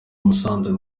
musanze